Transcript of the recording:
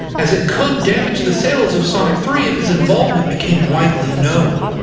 as it could damage the sales of sonic three if his involvement became widely known.